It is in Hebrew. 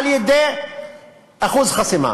על-ידי אחוז חסימה.